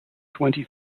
twenty